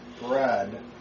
bread